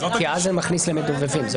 אז זה מכניס את המדובבים.